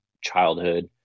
childhood